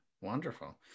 wonderful